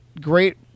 great